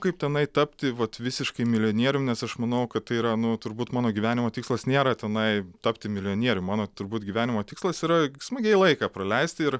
kaip tenai tapti vat visiškai milijonierium nes aš manau kad tai yra nu turbūt mano gyvenimo tikslas nėra tenai tapti milijonierium mano turbūt gyvenimo tikslas yra smagiai laiką praleisti ir